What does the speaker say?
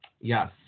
Yes